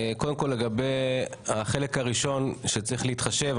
לגבי החלק הראשון שצריך להתחשב,